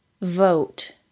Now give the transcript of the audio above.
vote